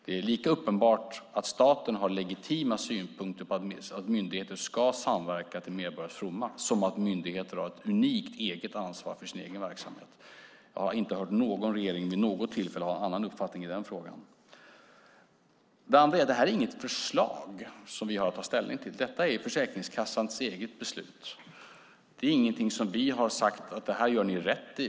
Det är lika uppenbart att staten har legitima synpunkter på att myndigheter ska samverka till medborgares fromma som att myndigheter har ett unikt eget ansvar för sin egen verksamhet. Jag har inte vid något tillfälle hört någon regering ha en annan uppfattning i denna fråga. Detta är inget förslag som vi har att ta ställning till. Det är Försäkringskassans eget beslut. Vi har inte sagt: Det gör ni rätt i.